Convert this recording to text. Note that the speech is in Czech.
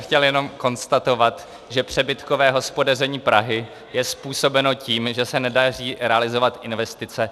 Chtěl jsem jenom konstatovat, že přebytkové hospodaření Prahy je způsobeno tím, že se nedaří realizovat investice.